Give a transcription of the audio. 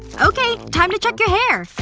okay, time to check your hair!